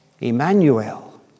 Emmanuel